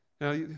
Now